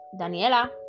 Daniela